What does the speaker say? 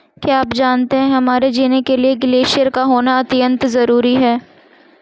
क्या आप जानते है हमारे जीने के लिए ग्लेश्यिर का होना अत्यंत ज़रूरी है?